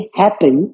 happen